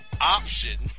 option